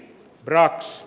grass